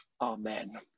amen